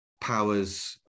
powers